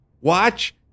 watch